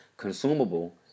Consumable